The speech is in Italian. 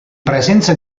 presenza